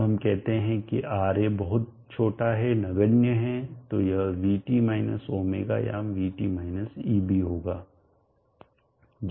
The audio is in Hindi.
अब हम कहते हैं कि Ra बहुत छोटा है नगण्य है तो यह vt माइनस ω या vt माइनस eb होगा